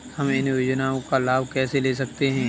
हम इन योजनाओं का लाभ कैसे ले सकते हैं?